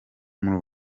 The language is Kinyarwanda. muri